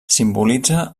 simbolitza